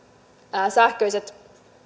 nämä sähköiset